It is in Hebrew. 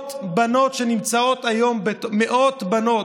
למאות בנות, מאות בנות,